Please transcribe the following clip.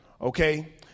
okay